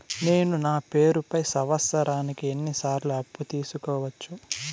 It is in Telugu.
నేను నా పేరుపై సంవత్సరానికి ఎన్ని సార్లు అప్పు తీసుకోవచ్చు?